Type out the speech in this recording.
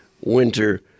winter